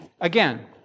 again